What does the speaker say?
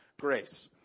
grace